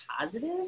positive